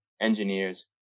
engineers